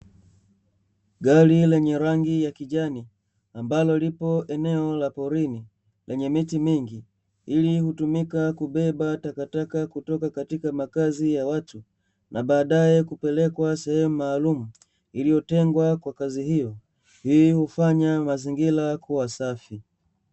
Gari lenye rangi ya kijani ambalo lipo eneo la porini penye miti mingi. Hili hutumika kubeba takataka kutoka katika makazi ya watu na baadae kupelekwa sehemu maalumu iliyotengwa kwa kazi hiyo. Hii hufanya mazingira kuwa safi.